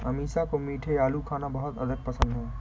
अमीषा को मीठे आलू खाना बहुत अधिक पसंद है